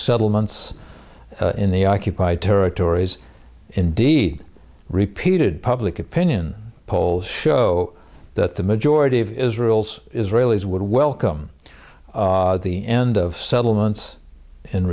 settlements in the occupied territories indeed repeated public opinion polls show that the majority of israel's israelis would welcome the end of settlements in